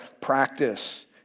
practice